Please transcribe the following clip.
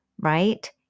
right